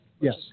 Yes